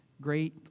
great